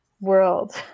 world